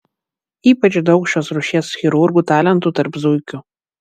ypač daug šios rūšies chirurgų talentų tarp zuikių